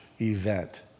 event